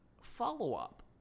Follow-up